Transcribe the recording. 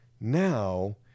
now